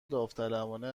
داوطلبانه